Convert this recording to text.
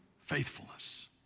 faithfulness